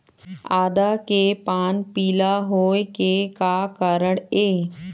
आदा के पान पिला होय के का कारण ये?